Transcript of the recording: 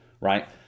right